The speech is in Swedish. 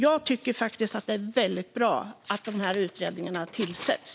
Jag tycker att det är bra att dessa utredningar tillsätts.